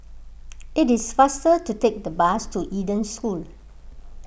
it is faster to take the bus to Eden School